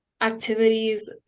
activities